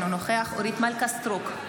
אינו נוכח אורית מלכה סטרוק,